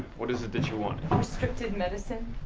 what is it that you wanted? restricted medicine.